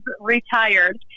retired